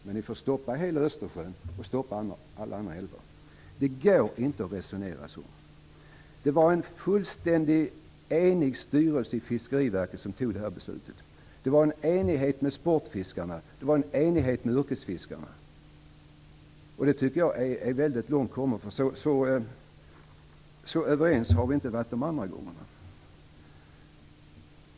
Men ni får stoppa det i hela Östersjön och i alla andra älvar. Det går inte att resonera så. Det var en fullständigt enig styrelse i Fiskeriverket som fattade det här beslutet. Det rådde enighet med sportfiskarna. Det rådde enighet med yrkesfiskarna. Det tycker jag är långt kommet, så överens har vi inte varit tidigare.